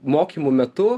mokymų metu